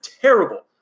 terrible